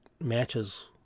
matches